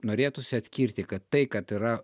norėtųsi atskirti kad tai kad yra